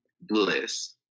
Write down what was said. bliss